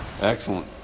excellent